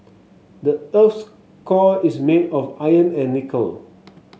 the earth's core is made of iron and nickel